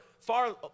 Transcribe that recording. far